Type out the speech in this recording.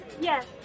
Yes